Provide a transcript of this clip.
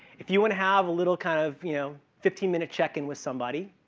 if you want to have a little kind of, you know, fifteen minute check-in with somebody,